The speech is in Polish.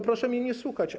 Proszę mnie nie słuchać.